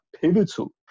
pivotal